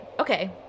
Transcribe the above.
okay